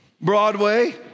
Broadway